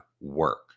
work